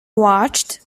watched